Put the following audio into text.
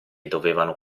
dovevano